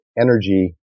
energy